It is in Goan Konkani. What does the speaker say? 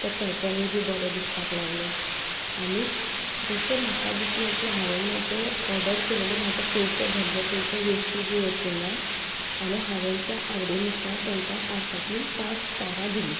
तो पेटर्नय बी बरो दिसपाक लागलो आणीक जशे म्हाका दिसलें की हांवें म्हाजें ऑर्डर केलेले म्हजे पयशे भरले पयशे वेस्ट बी वचूं ना आनी हांवें ते आवडीनुसार तांकां पांचांतली पांच स्टारां दिलीं